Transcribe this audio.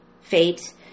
fate